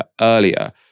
earlier